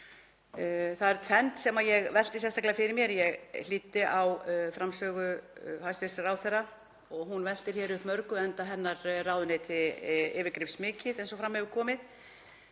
Það er tvennt sem ég velti sérstaklega fyrir mér. Ég hlýddi á framsögu hæstv. ráðherra og hún veltir hér mörgu upp enda ráðuneyti hennar yfirgripsmikið eins og fram hefur komið.